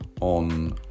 on